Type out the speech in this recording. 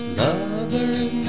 lovers